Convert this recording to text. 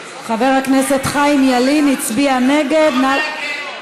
חבר הכנסת חיים ילין הצביע נגד, לא נגד.